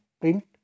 print